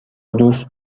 دوست